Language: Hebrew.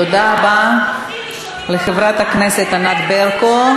תודה רבה לחברת הכנסת ענת ברקו.